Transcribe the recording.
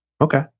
okay